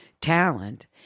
talent